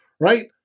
Right